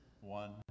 one